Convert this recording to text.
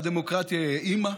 והדמוקרטיה היא האימא,